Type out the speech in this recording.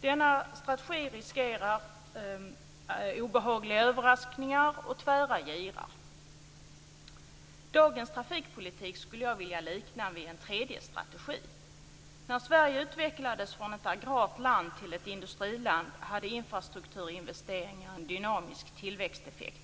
Denna strategi riskerar dock att leda till obehagliga överraskningar och tvära girar. Dagens trafikpolitik skulle jag vilja likna vid en tredje strategi. När Sverige utvecklades från ett agrart land till ett industriland hade infrastrukturinvesteringar en dynamisk tillväxteffekt.